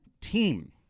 team